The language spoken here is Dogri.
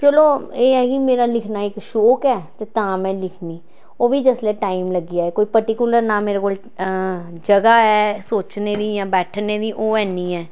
चलो एह् ऐ की मेरा लिखना इक शौक ऐ ते तां में लिखनी ओह् बी जिसलै टाईम लग्गी जाए कोई पर्टिकुलर ना मेरे कोल जगह् ऐ सोचनें दी जां बैठने दी ओह् ऐनी ऐ